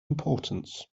importance